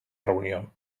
reunió